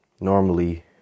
normally